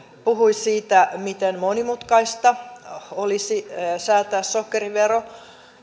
puhui siitä miten monimutkaista olisi säätää sokerivero